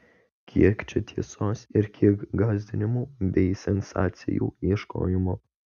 kiek čia tiesos ir kiek gąsdinimų bei sensacijų ieškojimo